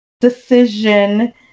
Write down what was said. decision